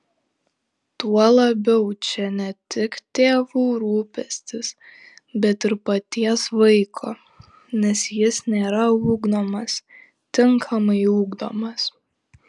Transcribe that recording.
tuo labiau čia ne tik tėvų rūpestis bet ir paties vaiko nes jis nėra ugdomas tinkamai ugdomas